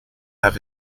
have